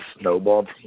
snowballed